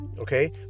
Okay